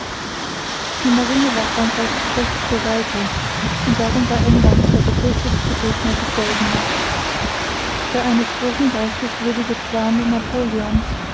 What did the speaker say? die marine war frankreich's schwächste seite und darum war england der gefürchtetste gegner desselben der eines großen geistes würdige plan napoleon's